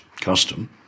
custom